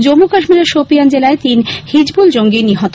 জম্মু কাশ্মীরের শোপিয়ান জেলায় তিন হিজবুল জঙ্গী নিহত